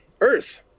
Earth